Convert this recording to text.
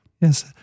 Yes